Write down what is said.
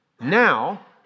Now